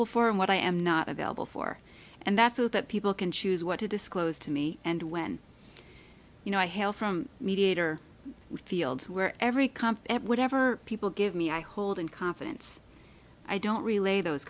for and what i am not available for and that's that people can choose what to disclose to me and when you know i have from mediator fields where every company whatever people give me i hold in confidence i don't relay those